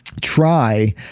try